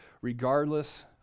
regardless